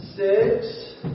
Six